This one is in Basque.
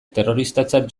terroristatzat